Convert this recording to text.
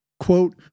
Quote